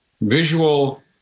visual